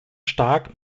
stark